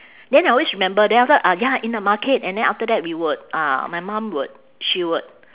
then I always remember then after that ah ya in the market and then after that we would uh my mom would she would